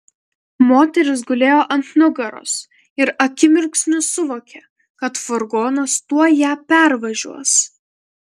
moteris gulėjo ant nugaros ir akimirksniu suvokė kad furgonas tuoj ją pervažiuos